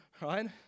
right